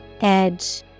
Edge